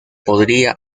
podría